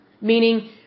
meaning